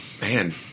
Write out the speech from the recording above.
Man